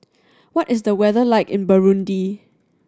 what is the weather like in Burundi